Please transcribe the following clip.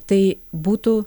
tai būtų